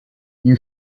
you